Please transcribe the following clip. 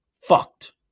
fucked